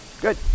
Good